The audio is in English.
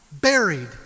buried